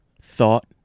thought